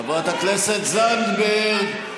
חברת הכנסת זנדברג.